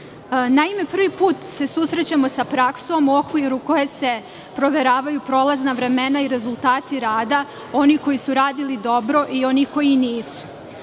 Naime, prvi put se susrećemo sa praksom u okviru koje se proveravaju prolazna vremena i rezultati rada onih koji su radili dobro i onih koji